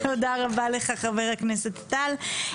תודה רבה לך, חבר הכנסת טל.